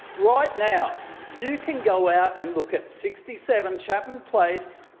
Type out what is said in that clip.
right now, you can go out and look at sixty seven chapman place,